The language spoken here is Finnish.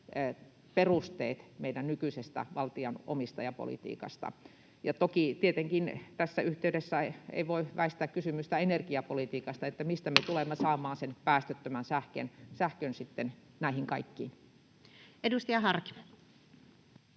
perusteet meidän nykyisestä valtion omistajapolitiikasta? Toki tietenkään tässä yhteydessä ei voi väistää kysymystä energiapolitiikasta: mistä me tulemme saamaan sen päästöttömän sähkön sitten näihin kaikkiin? Edustaja Harkimo.